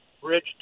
bridge